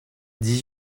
dix